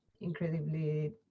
incredibly